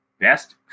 best